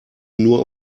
nur